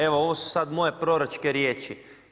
Evo ovo su sad moje proročke riječi.